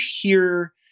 hear